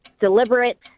deliberate